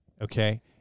Okay